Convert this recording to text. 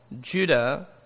Judah